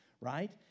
right